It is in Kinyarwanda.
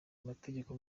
amategeko